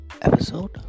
episode